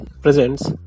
presents